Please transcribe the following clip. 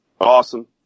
Awesome